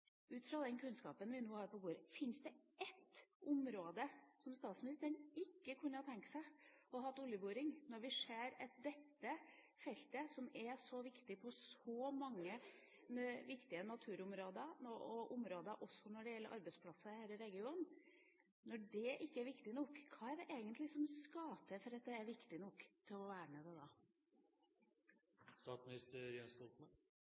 Ut fra den kunnskapen vi nå har på bordet, fins det ett område hvor statsministeren ikke kunne tenkt seg å ha oljeboring? Når vi ser at dette feltet, som er så viktig på så mange viktige naturområder og andre områder, også når det gjelder arbeidsplasser i denne regionen, ikke er viktig nok, hva er det egentlig som skal til for at det er viktig nok til å vernes da? Jeg er opptatt av å være litt ryddig når det